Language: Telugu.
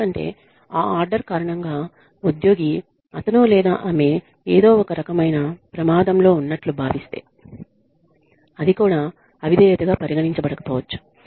ఎందుకంటే ఆ ఆర్డర్ కారణంగా ఉద్యోగి అతను లేదా ఆమె ఏదో ఒక రకమైన ప్రమాదంలో ఉన్నట్లు భావిస్తే అది కూడా అవిధేయతగా పరిగణించబడకపోవచ్చు